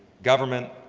government,